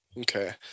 okay